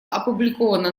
опубликована